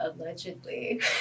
allegedly